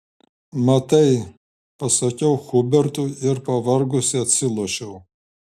matai pasakiau hubertui ir pavargusi atsilošiau